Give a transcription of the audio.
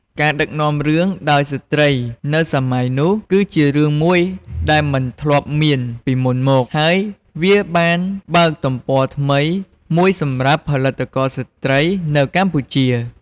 ការដឹកនាំរឿងដោយស្ត្រីនៅសម័យនោះ គឺជារឿងមួយដែលមិនធ្លាប់មានពីមុនមក ហើយវាបានបើកទំព័រថ្មីមួយសម្រាប់ផលិតករស្រ្តីនៅកម្ពុជា។